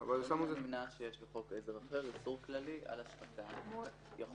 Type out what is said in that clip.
העובדה שיש סעיף כללי יותר בחוק אחר וסעיף שהוא ספציפי לשילוט